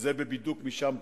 וזה בבידוק משם פנימה.